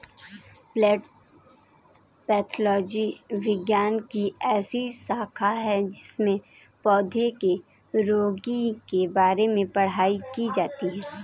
plant pathology विज्ञान की ऐसी शाखा है जिसमें पौधों के रोगों के बारे में पढ़ाई की जाती है